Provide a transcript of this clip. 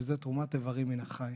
וזו תרומת איברים מן החי.